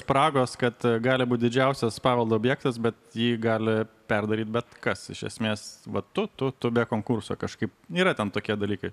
spragos kad gali būt didžiausias paveldo objektas bet jį gali perdaryt bet kas iš esmės va tu tu tu be konkurso kažkaip yra ten tokie dalykai